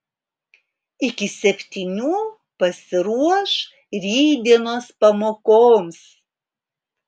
iki septynių pasiruoš rytdienos pamokoms